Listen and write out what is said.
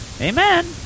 Amen